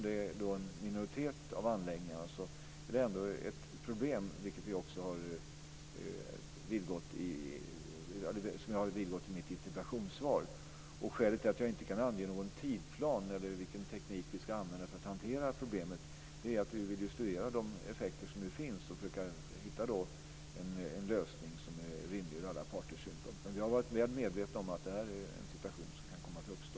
Det är ändå en minoritet av anläggningarna, men det är ändå ett problem - vilket jag har vidgått i mitt interpellationssvar. Skälet till att jag inte kan ange någon tidsplan för vilken teknik vi ska använda för att hantera problemet, beror på att vi vill studera de effekter som finns och försöka hitta en lösning som är rimlig för alla parter. Vi har varit väl medvetna om att situationen kan uppstå.